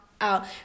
out